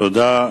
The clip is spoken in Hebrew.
תודה.